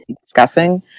discussing